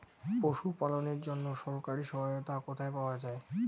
পশু পালনের জন্য সরকারি সহায়তা কোথায় পাওয়া যায়?